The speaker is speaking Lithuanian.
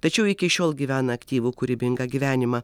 tačiau iki šiol gyvena aktyvų kūrybingą gyvenimą